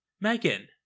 Megan